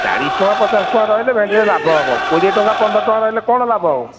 ଚାଳିଶ ଟଙ୍କା ପଚାଶ ଟଙ୍କା ରହିଲେ ଭେଣ୍ଡିରେ ଲାଭ ହେବ କୋଡ଼ିଏ ଟଙ୍କା ପନ୍ଦର ଟଙ୍କା ରହିଲେ କ'ଣ ଲାଭ ହେବ